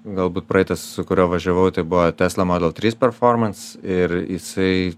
galbūt praeitas su kuriuo važiavau tai buvo tesla model trys performans ir jisai